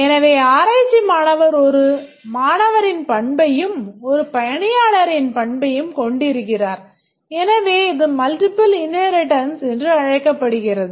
எனவே ஆராய்ச்சி மாணவர் ஒரு மாணவரின் பண்பையும் ஒரு பணியாளரின் பண்பையும் கொண்டிருக்கிறார் எனவே இது multiple இன்ஹேரிட்டன்ஸ் என அழைக்கப்படுகிறது